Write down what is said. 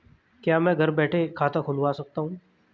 क्या मैं घर बैठे खाता खुलवा सकता हूँ?